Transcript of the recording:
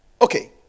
Okay